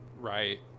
Right